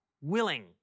willing